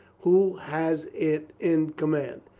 who has it in command?